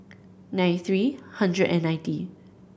nine three hundred and ninety